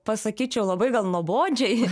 pasakyčiau labai gal nuobodžiai